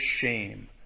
shame